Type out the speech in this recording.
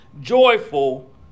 Joyful